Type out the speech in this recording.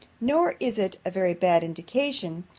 nor is it a very bad indication,